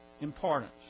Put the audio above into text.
importance